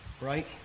Right